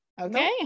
Okay